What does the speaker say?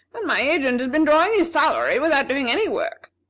and my agent has been drawing his salary without doing any work.